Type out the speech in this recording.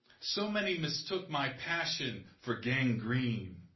so many mistook my passion for gangrene.